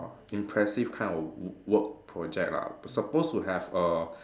impressive kind of w~ work project lah supposed to have a